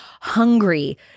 hungry